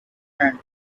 and